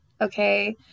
Okay